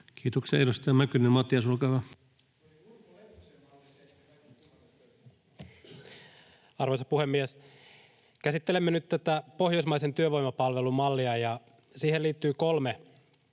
lainsäädännöksi Time: 16:51 Content: Arvoisa puhemies! Käsittelemme nyt tätä pohjoismaisen työvoimapalvelun mallia, ja siihen liittyy kolme